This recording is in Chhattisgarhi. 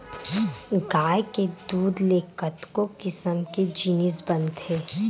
गाय के दूद ले कतको किसम के जिनिस बनथे